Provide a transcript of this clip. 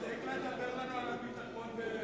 תפסיק לדבר על הביטחון.